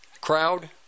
crowd